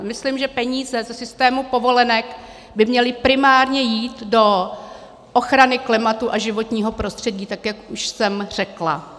Myslím, že peníze ze systému povolenek by měly primárně jít do ochrany klimatu a životního prostředí, tak jak už jsem řekla.